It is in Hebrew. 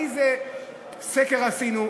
איזה סקר עשינו?